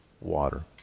water